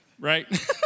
right